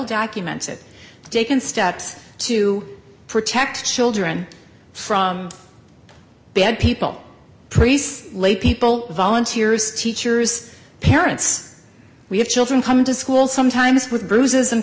documented taken steps to protect children from bad people priests lay people volunteers teachers parents we have children come to school sometimes with bruises and